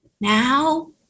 now